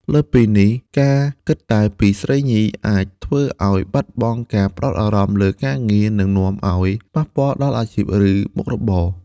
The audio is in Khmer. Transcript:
លើសពីនេះ ការគិតតែពីស្រីញី អាចធ្វើឱ្យបាត់បង់ការផ្ដោតអារម្មណ៍លើការងារ និងនាំឱ្យប៉ះពាល់ដល់អាជីព ឬមុខរបរ។